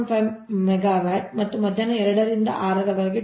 5 megawatt ಮತ್ತು ಮಧ್ಯಾಹ್ನ 2 ರಿಂದ 6 ರವರೆಗೆ 2